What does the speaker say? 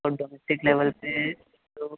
और domestic level पे तो